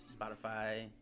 Spotify